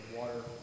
water